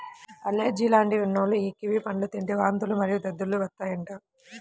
allergy లాంటివి ఉన్నోల్లు యీ కివి పండ్లను తింటే వాంతులు మరియు దద్దుర్లు వత్తాయంట